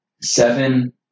seven